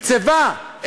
קורה עכשיו?